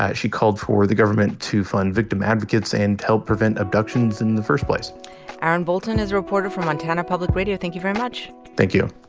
ah she called for the government to fund victim advocates and to help prevent abductions in the first place aaron bolton is a reporter from montana public radio. thank you very much thank you